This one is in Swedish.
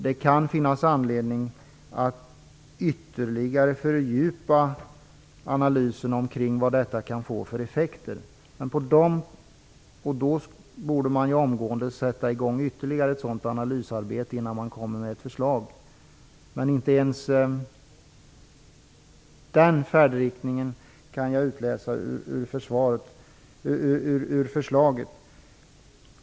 Det kan finnas anledning att ytterligare fördjupa analysen kring effekterna. Ett ytterligare analysarbete borde påbörjas innan ett förslag läggs fram. Men jag kan inte ens utläsa den färdriktningen i förslaget.